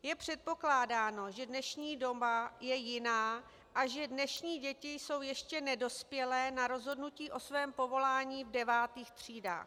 Je předpokládáno, že dnešní doba je jiná a že dnešní děti jsou ještě nedospělé na rozhodnutí o svém povolání v devátých třídách.